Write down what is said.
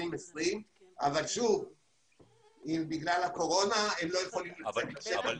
2020 אבל בגלל הקורונה הם לא יכולים לעשות זאת.